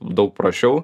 daug prasčiau